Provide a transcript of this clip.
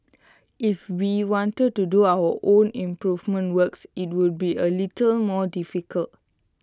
if we wanted to do our own improvement works IT would be A little more difficult